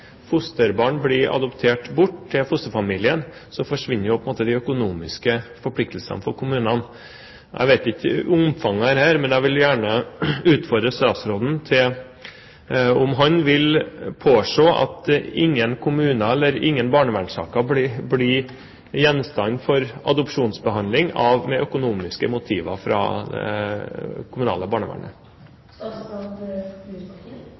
fosterbarn blir adoptert bort til fosterfamilien, forsvinner de økonomiske forpliktelsene for kommunene. Jeg vet ikke omfanget av dette, men jeg vil gjerne utfordre statsråden og spørre om han vil påse at ingen barnevernssaker blir gjenstand for adopsjonsbehandling av økonomiske motiver fra det kommunale barnevernet.